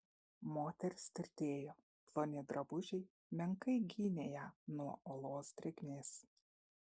moteris tirtėjo ploni drabužiai menkai gynė ją nuo olos drėgmės